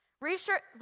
Research